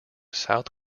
south